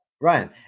Ryan